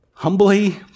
Humbly